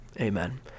Amen